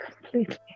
completely